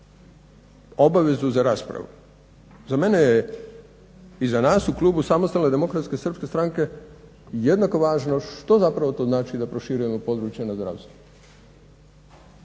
obavezu za raspravu. Za mene i za nas u klubu SDSS-a jednako važno što zapravo to znači da proširujemo područje na zdravstvo